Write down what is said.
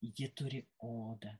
ji turi odą